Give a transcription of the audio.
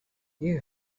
you